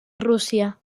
rússia